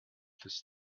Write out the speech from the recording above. this